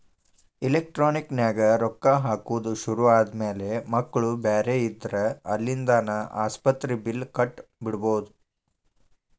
electronic ನ್ಯಾಗ ರೊಕ್ಕಾ ಹಾಕೊದ್ ಶುರು ಆದ್ಮ್ಯಾಲೆ ಮಕ್ಳು ಬ್ಯಾರೆ ಇದ್ರ ಅಲ್ಲಿಂದಾನ ಆಸ್ಪತ್ರಿ ಬಿಲ್ಲ್ ಕಟ ಬಿಡ್ಬೊದ್